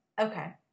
okay